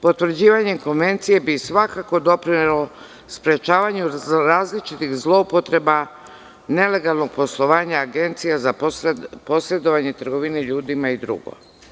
Potvrđivanje konvencije bi svakako doprinelo sprečavanju različitih zloupotreba, nelegalnog poslovanja agencija za posredovanje trgovine ljudima i drugo.